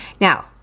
now